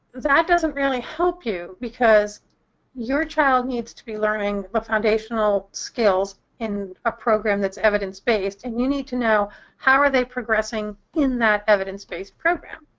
that doesn't really help you because your child needs to be learning the foundational skills in a program that's evidence-based, and you need to know how are they progressing in that evidence-based program.